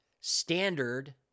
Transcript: standard